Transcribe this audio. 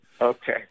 Okay